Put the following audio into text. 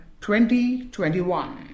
2021